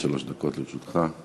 עד שלוש דקות לרשותך.